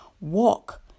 Walk